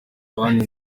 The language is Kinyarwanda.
abandi